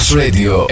radio